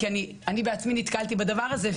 כי אני בעצמי נתקלתי בדבר הזה,